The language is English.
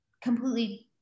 completely